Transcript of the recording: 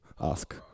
ask